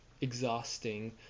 exhausting